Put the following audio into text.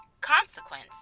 consequence